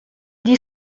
dit